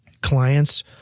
clients